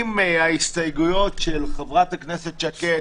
אם ההסתייגויות של חברת הכנסת שקד,